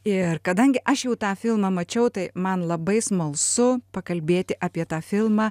ir kadangi aš jau tą filmą mačiau tai man labai smalsu pakalbėti apie tą filmą